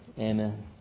Amen